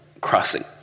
crossing